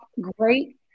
great